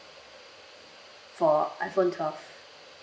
for iphone twelve